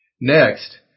Next